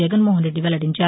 జగన్మోహన్ రెడ్డి వెల్లడించారు